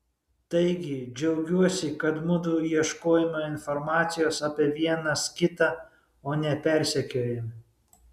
taigi džiaugiuosi kad mudu ieškojome informacijos apie vienas kitą o ne persekiojome